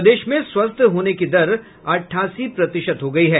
प्रदेश में स्वस्थ होने की दर अट्ठासी प्रतिशत हो गई है